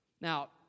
Now